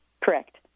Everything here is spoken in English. Correct